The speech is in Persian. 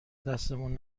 دستمون